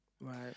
Right